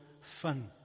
fun